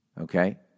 Okay